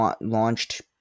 launched